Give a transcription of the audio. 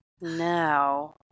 now